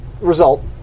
result